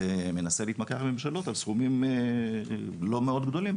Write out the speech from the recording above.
ומנסה להתמקח עם ממשלות על סכומים לא מאוד גדולים,